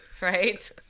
Right